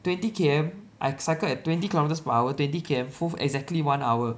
twenty K_M I cycle at twenty kilometres per hour twenty K_M full exactly one hour